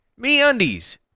MeUndies